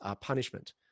punishment